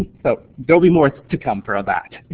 so there will be more to come for ah that.